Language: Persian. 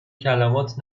کلمات